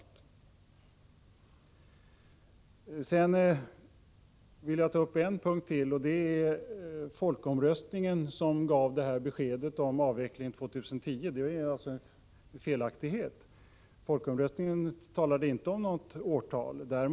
Slutligen vill jag kommentera uttalandet att folkomröstningen skulle ha gett besked om avveckling år 2010. Det är en felaktig beskrivning. Folkomröstningen angav inte något årtal.